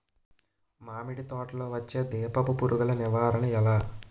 మామిడి తోటలో వచ్చే దీపపు పురుగుల నివారణ ఎలా?